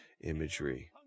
imagery